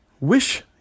Wish